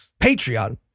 Patreon